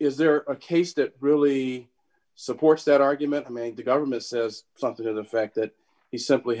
is there a case that really supports that argument to make the government says something to the fact that he simply